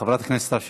חברת הכנסת סתיו שפיר,